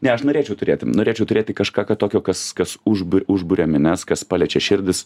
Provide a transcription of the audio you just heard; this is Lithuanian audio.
ne aš norėčiau turėti norėčiau turėti kažką tokio kas kas užbur užburia minias kas paliečia širdis